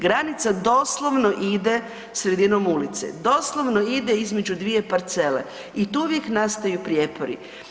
Granica doslovno ide sredinom ulice, doslovno ide između dvije parcele i tu uvijek nastaju prijepori.